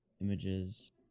Images